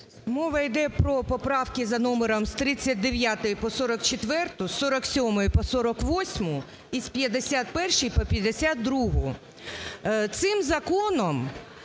Мова йде про поправки за номером з 39-ї по 44-у, з 47-ї по 48-у і з 51-ї по 52-у.